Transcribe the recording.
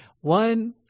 One